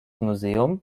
museum